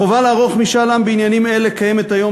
החובה לערוך משאל עם בעניינים אלה קיימת היום